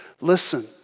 Listen